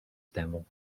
temu